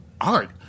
art